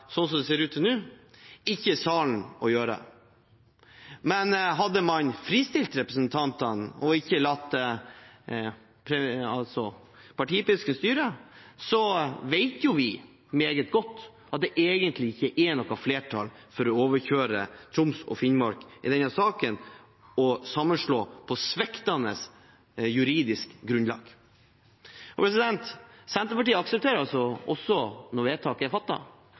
det ser ut nå, salen å gjøre. Men hadde man fristilt representantene og ikke latt partipisken styre, vet vi meget godt at det egentlig ikke er noe flertall for å overkjøre Troms og Finnmark i denne saken og sammenslå på sviktende juridisk grunnlag. Senterpartiet aksepterer også vedtak når de er